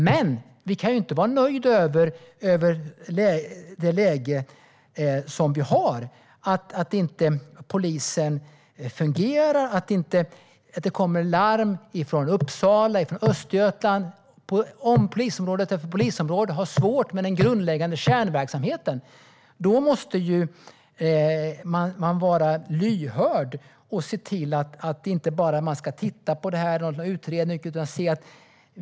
Men vi kan inte vara nöjda med det läge vi har. Polisen fungerar inte. Det kommer larm från Uppsala och från Östergötland om att polisområde efter polisområde har svårt med den grundläggande kärnverksamheten. Då måste man vara lyhörd och se till att inte bara titta på det eller göra någon utredning.